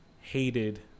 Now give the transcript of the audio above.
hated